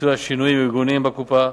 לביצוע שינויים ארגוניים בקופה,